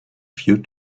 few